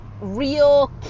real